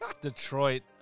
Detroit